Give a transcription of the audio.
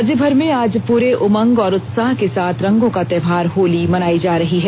राज्यभर में आज पूरे उमंग और उत्साह के साथ रंगों का त्योहार होली मनाई जा रही है